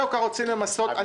רוצים למסות רכבי יוקרה.